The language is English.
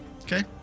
Okay